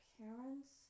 parents